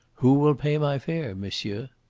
who will pay my fare, monsieur?